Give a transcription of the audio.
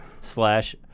slash